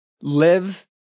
Live